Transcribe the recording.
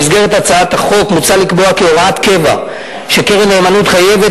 במסגרת הצעת החוק מוצע לקבוע כהוראת קבע שקרן נאמנות חייבת